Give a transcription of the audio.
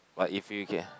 but if you get